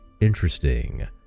interesting